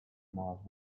mouth